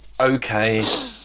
Okay